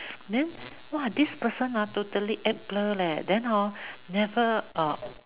then !wah! this person ah totally act blur leh then hor never uh